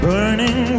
Burning